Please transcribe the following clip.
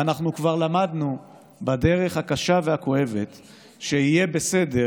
ואנחנו כבר למדנו בדרך הקשה והכואבת ש'יהיה בסדר'